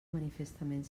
manifestament